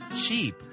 cheap